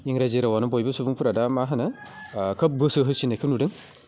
इंराजि रावआनो बयबो सुबुंफोरा दा मा होनो खोब गोसो होसिननायखौ नुदों